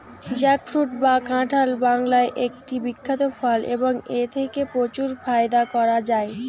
jackfruit বা কাঁঠাল বাংলার একটি বিখ্যাত ফল এবং এথেকে প্রচুর ফায়দা করা য়ায়